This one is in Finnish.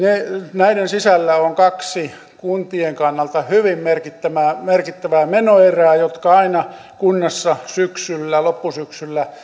näiden sisällä on kaksi kuntien kannalta hyvin merkittävää merkittävää menoerää jotka aina kunnassa loppusyksyllä